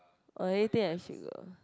or you think I should go